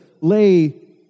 lay